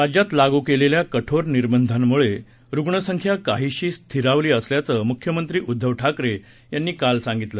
राज्यात लागू केलेल्या कठोर निर्बंधांमुळे रुग्णसंख्या काहीशी स्थिरावली असल्याचं मुख्यमंत्री उद्धव ठाकरे यांनी काल सांगितलं